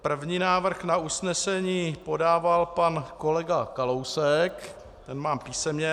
První návrh na usnesení podával pan kolega Kalousek, ten mám písemně.